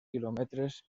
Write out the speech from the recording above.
quilòmetres